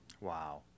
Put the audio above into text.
Wow